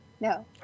No